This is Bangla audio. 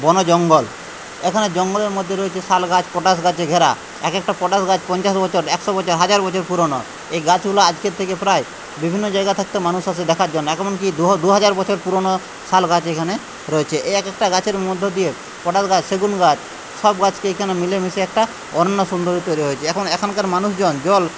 বনজঙ্গল এখানে জঙ্গলের মধ্যে রয়েছে শাল গাছ পটাস গাছে ঘেরা এক একটা পটাস গাছ পঞ্চাশ বছর একশো বছর হাজার বছর পুরনো এই গাছগুলো আজকের থেকে প্রায় বিভিন্ন জায়গায় থাকতে মানুষ আসে দেখার জন্য এমনকি দুহাজার বছর পুরনো শাল গাছ এখানে রয়েছে এই এক একটা গাছের মধ্য দিয়ে পটাস গাছ সেগুন গাছ সব গাছকে এখানে মিলেমিশে একটা অরণ্য সুন্দরী তৈরি হয়েছে এখন এখানকার মানুষজন জল